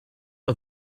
are